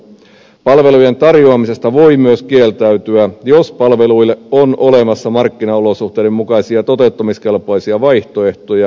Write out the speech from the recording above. palvelujen tarjoamisesta voi myös kieltäytyä jos palveluille on olemassa markkinaolosuhteiden mukaisia toteuttamiskelpoisia vaihtoehtoja